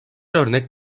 örnek